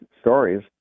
stories